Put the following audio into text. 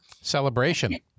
celebration